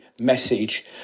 message